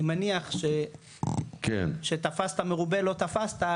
אני מניח שתפסת מרובה לא תפסת,